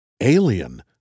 alien